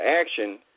action